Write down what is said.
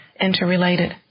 interrelated